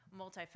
multifaceted